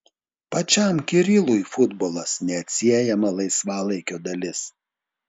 pačiam kirilui futbolas neatsiejama laisvalaikio dalis